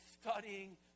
studying